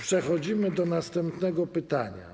Przechodzimy do następnego pytania.